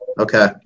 Okay